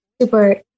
super